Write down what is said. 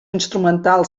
instrumental